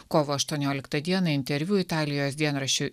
kovo aštuonioliktą dieną interviu italijos dienraščiui